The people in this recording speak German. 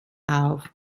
auf